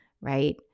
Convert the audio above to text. right